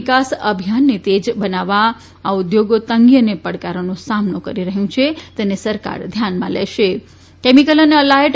નિકાસ અભિયાનને તેજ બનાવવા આ ઉદ્યોગો તંગી અને પડકારોનો સામનો કરી રહ્યું છે તેને સરકાર ધ્યાનમાં લેશે કેમિકલ અને એલાયટ